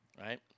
Right